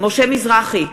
משה מזרחי,